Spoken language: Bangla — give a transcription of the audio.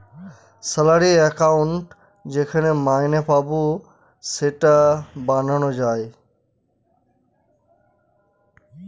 স্যালারি একাউন্ট যেখানে মাইনে পাবো সেটা বানানো যায়